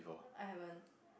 I haven't